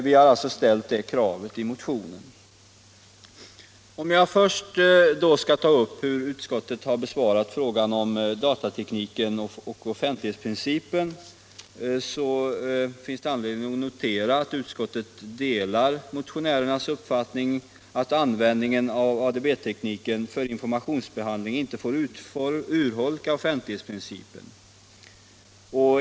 Vad gäller hur utskottet har behandlat frågan om datatekniken och offentlighetsprincipen finns det anledning att notera att utskottet delar motionärernas uppfattning att användningen av ADB-tekniken för informationsbehandling inte får urholka offentlighetsprincipen.